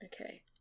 Okay